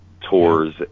tours